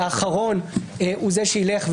שהאחרון הוא זה שילך,